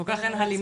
כל כך אין הלימה,